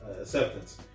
acceptance